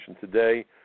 today